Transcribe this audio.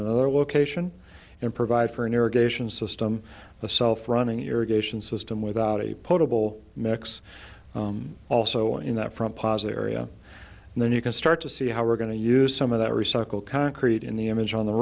another location and provide for an irrigation system a self running irrigation system without a potable mix also in that front positive area and then you can start to see how we're going to use some of that recycled concrete in the image on the